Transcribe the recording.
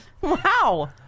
Wow